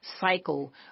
cycle